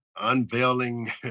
unveiling